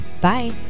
bye